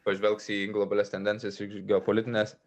pažvelgs į globalias tendencijas iš geopolitinės